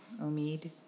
Omid